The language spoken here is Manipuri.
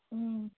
ꯎꯝ